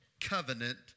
covenant